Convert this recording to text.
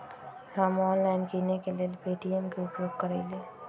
हम ऑनलाइन किनेकेँ लेल पे.टी.एम के उपयोग करइले